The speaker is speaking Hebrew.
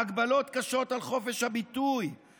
הגבלות קשות על חופש הביטוי,